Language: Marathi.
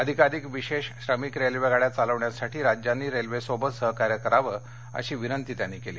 अधिकाधिक विशेष श्रमिक रेल्वेगाड्या चालविण्यासाठी राज्यांनी रेल्वेसोबत सहकार्य करावं अशी विनंती त्यांनी केली